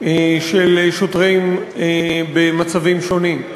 של שוטרים במצבים שונים.